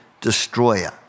destroyer